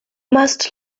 must